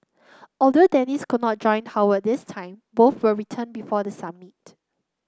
although Dennis could not join Howard this time both will return before the summit